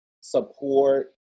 support